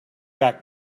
back